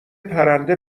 پرنده